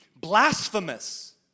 blasphemous